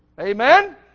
Amen